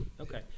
Okay